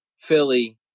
Philly